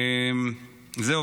זהו.